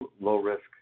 low-risk